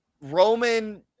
roman